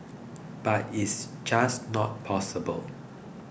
but it's just not possible